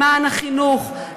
למען החינוך,